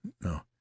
No